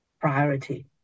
priority